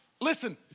Listen